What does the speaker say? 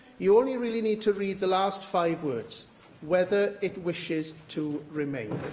you only really need to read the last five words whether it wishes to remain.